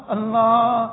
Allah